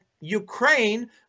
Ukraine